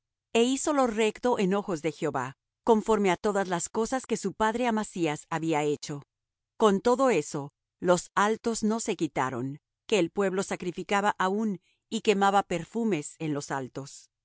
él hizo lo recto en ojos de jehová hizo conforme á todas las cosas que había hecho su padre uzzía con todo eso los altos no fueron quitados que el pueblo sacrificaba aún y quemaba perfumes en los altos